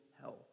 health